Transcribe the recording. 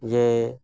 ᱡᱮ